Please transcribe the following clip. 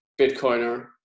bitcoiner